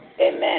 Amen